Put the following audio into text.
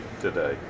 today